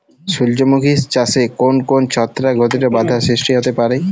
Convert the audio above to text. সূর্যমুখী চাষে কোন কোন ছত্রাক ঘটিত বাধা সৃষ্টি হতে পারে?